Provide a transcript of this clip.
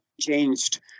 changed